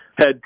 head